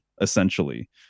essentially